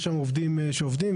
יש שם עובדים שעובדים,